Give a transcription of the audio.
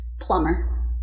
Plumber